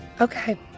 Okay